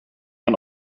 man